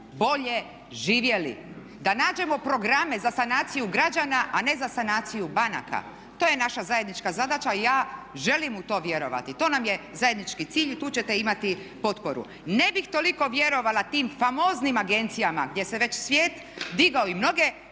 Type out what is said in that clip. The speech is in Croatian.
bolje živjeli. Da nađemo programe za sanaciju građana a ne za sanaciju banaka, to je naša zajednička zadaća a ja želim u to vjerovati. To nam je zajednički cilj i tu ćete imati potporu. Ne bih toliko vjerovala tim famoznim agencijama gdje se već svijet digao i mnoge